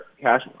cash